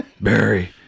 Barry